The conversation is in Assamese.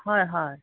হয় হয়